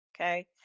Okay